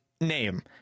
name